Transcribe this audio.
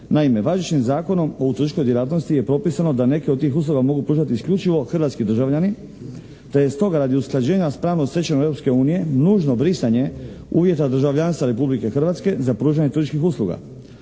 Naime, važećim Zakonom o turističkoj djelatnosti je propisano da neke od tih usluga mogu pružati isključivo hrvatski državljani, da je stoga radi usklađenja s pravnom stečevinom Europske unije nužno brisanje uvjeta državljanstva Republike Hrvatske za pružanje turističkih usluga.